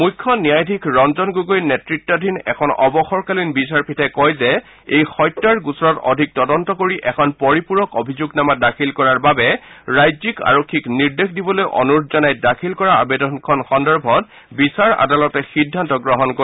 মুখ্য ন্যায়াধীশ ৰঞ্জন গগৈ নেততাধীন এখন অৱসৰকালীন বিচাৰপীঠে কয় যে এই হত্যাৰ গোচৰত অধিক তদন্ত কৰি এখন পৰিপূৰক অভিযোগনামা দাখিল কৰাৰ বাবে ৰাজ্যিক আৰক্ষীক নিৰ্দেশ দিবলৈ অনুৰোধ জনাই দাখিল কৰা আবেদনখন সন্দৰ্ভত বিচাৰ আদালতে সিদ্ধান্ত গ্ৰহণ কৰিব